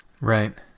Right